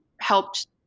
helped